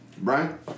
Brian